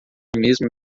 mesmo